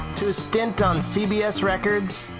to a stint on cbs records,